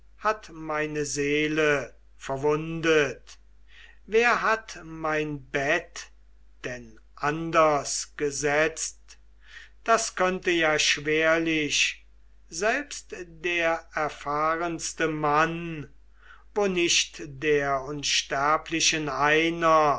hat meine seele verwundet wer hat mein bette denn anders gesetzt das könnte ja schwerlich selbst der erfahrenste mann wo nicht der unsterblichen einer